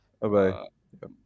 Bye-bye